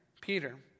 Peter